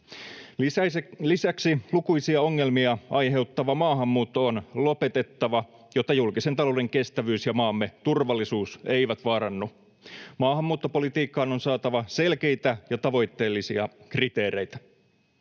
Lisäksi lukuisia ongelmia aiheuttava maahanmuutto on lopetettava, jotta julkisen talouden kestävyys ja maamme turvallisuus eivät vaarannu. Maahanmuuttopolitiikkaan on saatava selkeitä ja tavoitteellisia kriteereitä.